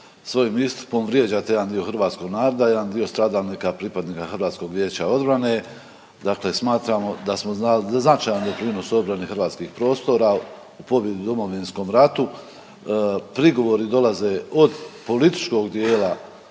svojim istupom vrijeđate jedan dio hrvatskog naroda i jedan dio stradalnika pripadnika Hrvatskog vijeća odbrane, dakle smatramo da smo .../nerazumljivo/... da značajan doprinos odbrani hrvatskih prostora u pobjedi u Domovinskom ratu prigovori dolaze od političkog dijela života